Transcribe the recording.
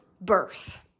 birth